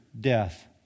death